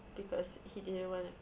because he didn't want to